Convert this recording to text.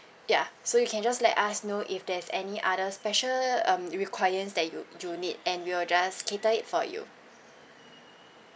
ya so you can just let us know if there's any other special um requirements that you you need and we'll just cater it for you